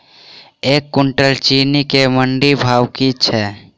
एक कुनटल चीनी केँ मंडी भाउ की छै?